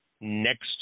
next